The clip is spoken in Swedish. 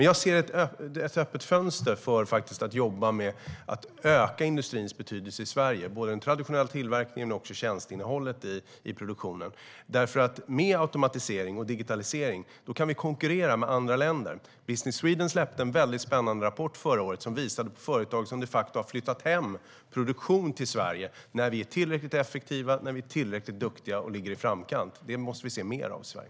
Jag ser dock ett öppet fönster för att faktiskt jobba med att öka industrins betydelse i Sverige, både när det gäller den traditionella tillverkningen och när det gäller tjänsteinnehållet i produktionen. Med automatisering och digitalisering kan vi nämligen konkurrera med andra länder. Business Sweden släppte förra året en väldigt spännande rapport som visade på företag som de facto har flyttat hem produktion till Sverige när vi är tillräckligt effektiva, duktiga och ligger i framkant. Det måste vi se mer av i Sverige.